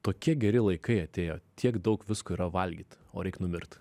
tokie geri laikai atėjo tiek daug visko yra valgyt o reik numirt